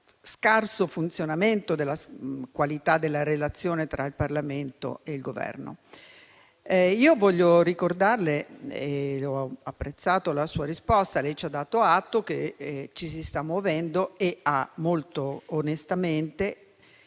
scarso funzionamento della qualità della relazione tra il Parlamento e il Governo. Ho apprezzato la sua risposta: ci ha dato atto che ci si sta muovendo e, molto onestamente,